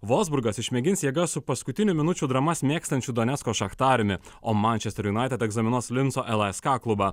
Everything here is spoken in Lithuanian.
volfsburgas išmėgins jėgas su paskutinių minučių dramas mėgstančių donecko šachtariumi o manchester united egzaminuos linco lask klubą